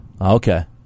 Okay